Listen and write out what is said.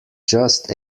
just